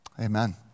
Amen